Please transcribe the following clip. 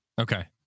Okay